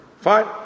Fine